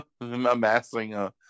amassing